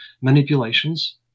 manipulations